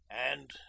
And